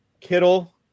Kittle